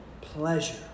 pleasure